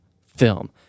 film